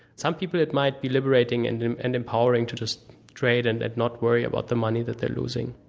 some people it might be liberating and and empowering to just trade and and not worry about the money that they're losing.